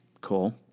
Cool